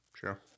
Sure